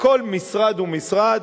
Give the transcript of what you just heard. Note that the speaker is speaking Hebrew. בכל משרד ומשרד.